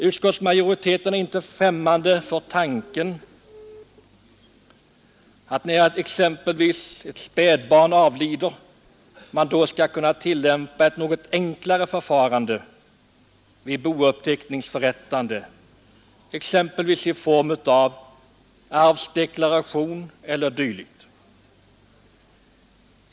Utskottsmajoriteten är inte främmande för tanken att när exempelvis ett spädbarn avlider man då skall kunna tillämpa ett något enklare förfarande vid boupptecknings förrättande, exempelvis i form av arvsdeklaration e. d.